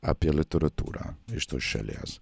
apie literatūrą iš tos šalies